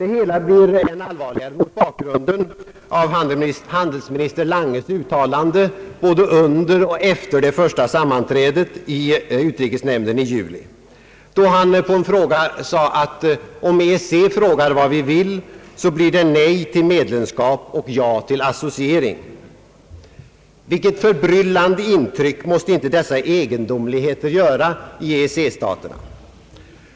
Det hela blir än allvarligare mot bakgrunden av handelsminister Langes uttalanden både under och efter det första sammanträdet i utrikesnämnden i juli, då han på ett spörsmål svarade att om EEC frågar vad vi vill så blir det nej till medlemskap och ja till associering. Vilket förbryllande intryck måste inte dessa egendomligheter göra i EEC-staterna!